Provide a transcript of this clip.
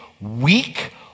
weak